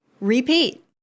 repeat